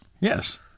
Yes